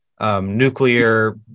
Nuclear